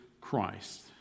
Christ